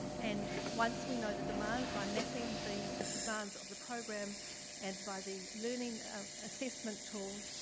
and once we know the demands by mapping the demands of the program and by the learning assessment tool,